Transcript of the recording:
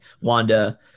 Wanda